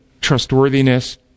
trustworthiness